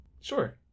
sure